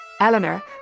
Eleanor